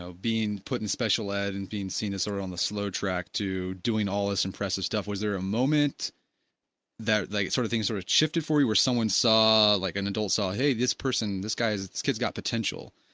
so being put in special ed and being seen as you're on the slow track to doing all this impressive stuff, was there a moment that like sort of things sort of shifted for you, or someone saw like an adult saw hey this person, this guy's, this kids got potential.